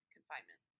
Confinement